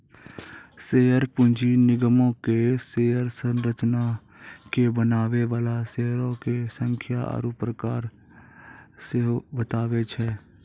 share पूंजी निगमो के शेयर संरचना के बनाबै बाला शेयरो के संख्या आरु प्रकार सेहो बताबै छै